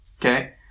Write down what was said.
Okay